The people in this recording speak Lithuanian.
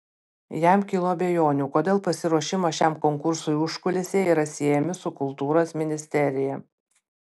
jam kilo abejonių kodėl pasiruošimo šiam konkursui užkulisiai yra siejami su kultūros ministerija